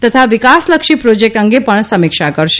તથા વિકાસલક્ષી પ્રોજેક્ટ અંગે પણ સમિક્ષા કરશે